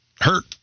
hurt